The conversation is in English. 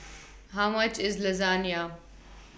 How much IS Lasagna